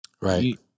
Right